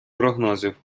прогнозів